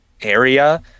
area